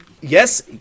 Yes